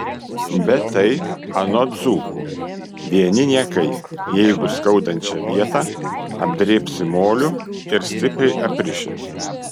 bet tai anot dzūkų vieni niekai jeigu skaudančią vietą apdrėbsi moliu ir stipriai apriši